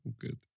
Good